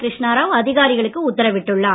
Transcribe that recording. கிருஷ்ணாராவ் அதிகாரிகளுக்கு உத்தரவிட்டார்